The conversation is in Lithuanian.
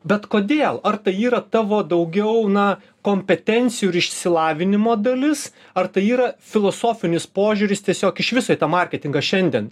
bet kodėl ar tai yra tavo daugiau na kompetencijų ir išsilavinimo dalis ar tai yra filosofinis požiūris tiesiog iš viso į tą marketingą šiandien